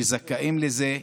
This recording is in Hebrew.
שזכאים לזה,